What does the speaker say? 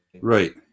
Right